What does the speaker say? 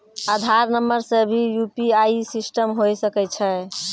आधार नंबर से भी यु.पी.आई सिस्टम होय सकैय छै?